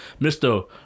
Mr